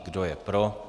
Kdo je pro?